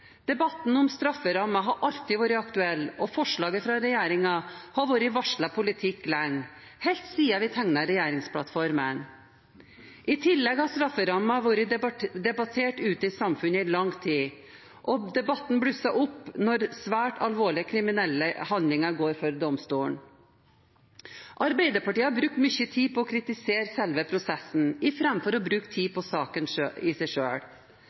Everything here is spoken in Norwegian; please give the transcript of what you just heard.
Debatten om strafferammer har alltid vært aktuell, og forslaget fra regjeringen har vært varslet politikk lenge, helt siden vi tegnet regjeringsplattformen. I tillegg har strafferammer vært debattert ute i samfunnet i lang tid. Debatten blusser opp når svært alvorlige kriminelle handlinger går for domstolene. Arbeiderpartiet har brukt mye tid på å kritisere selve prosessen, istedenfor å bruke tid på selve saken. Lenge visste vi ikke hvordan Arbeiderpartiet ville stille seg